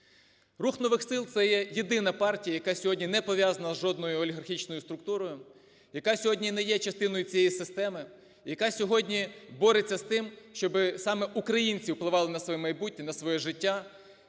"Рух нових сил" – це є єдина партія, яка сьогодні не пов'язана із жодною олігархічною структурою, яка сьогодні не є частиною цієї системи, яка сьогодні бореться з тим, щоб саме українці впливали на своє майбутнє, на своє життя